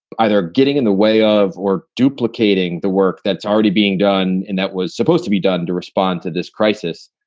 either getting in the way of or duplicating the work that's already being done and that was supposed to be done to respond to this crisis.